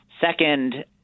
Second